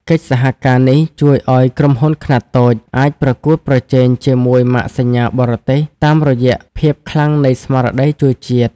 កិច្ចសហការនេះជួយឱ្យក្រុមហ៊ុនខ្នាតតូចអាចប្រកួតប្រជែងជាមួយម៉ាកសញ្ញាបរទេស តាមរយៈភាពខ្លាំងនៃស្មារតីជួយជាតិ។